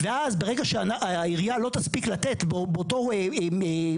ואז ברגע שהעירייה לא תספיק לתת באותו זמן